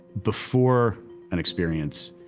before an experience,